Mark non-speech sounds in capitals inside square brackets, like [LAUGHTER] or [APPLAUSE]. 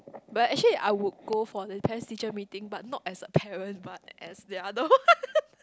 but actually I would go for the Parents teacher meeting but not as the parent but as the other one [LAUGHS]